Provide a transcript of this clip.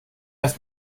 ist